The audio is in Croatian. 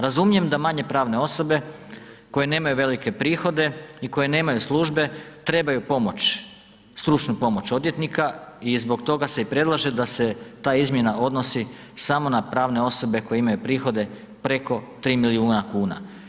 Razumijem da manje pravne osobe koje nemaju velike prihode i koje nemaju službe trebaju pomoć, stručnu pomoć odvjetnika i zbog toga se i predlaže da se ta izmjena odnosi samo na pravne osobe koje imaju prihode preko 3 milijuna kuna.